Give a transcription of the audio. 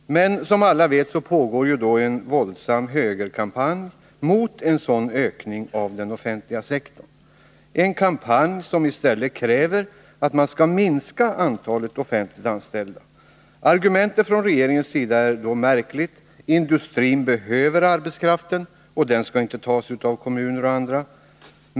Men som alla vet pågår en våldsam högerkampanj mot en sådan ökning av den offentliga sektorn, en kampanj där det i stället krävs en minskning av antalet offentligt anställda. Regeringens argument är märkligt: Industrin behöver arbetskraften, och den skall inte tas av kommuner och andra.